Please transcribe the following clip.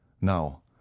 Now